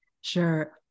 Sure